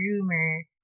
rumor